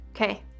Okay